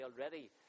already